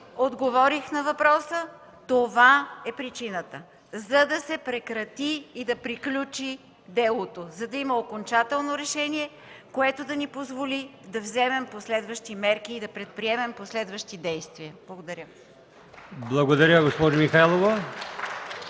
Отговорих на въпроса – това е причината, за да се прекрати и да приключи делото, за да има окончателно решение, което да ни позволи да вземем последващи мерки и да предприемем последващи действия. Благодаря. (Частични ръкопляскания от